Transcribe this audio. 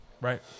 Right